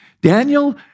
Daniel